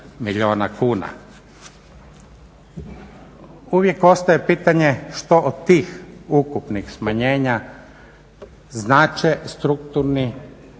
milijuna kuna. Uvijek ostaje pitanje što od tih ukupnih smanjenja znače strukturni,